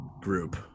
group